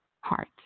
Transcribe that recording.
heart